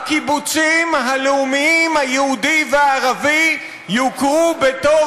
הקיבוצים הלאומיים היהודי והערבי יוכרו בתור